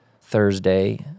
Thursday